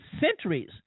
centuries